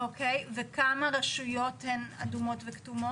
אוקיי, וכמה רשויות הן אדומות וכתומות?